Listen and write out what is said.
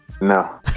No